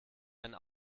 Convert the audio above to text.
einen